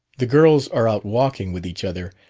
the girls are out walking with each other,